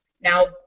Now